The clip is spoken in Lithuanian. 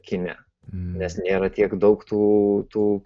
kine nes nėra tiek daug tų tų